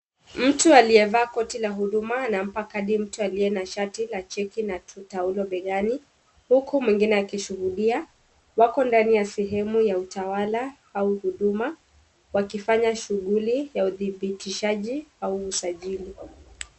Mtu aliyevaa koti la huduma anampa kadi mtu aliye na shati la jeki na taulo begani huku mwingine akishuhudia. Wako ndani ya sehemu ya utawala au huduma wakifanya shughuli ya udhibithishaji au usajili.